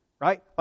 right